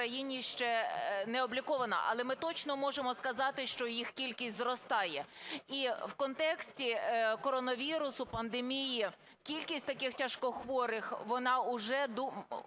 у нас в країні ще не облікована, але ми точно можемо сказати, що їх кількість зростає. І в контексті коронавірусу пандемії кількість таких тяжкохворих, вона уже